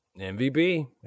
MVP